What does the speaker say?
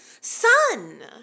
son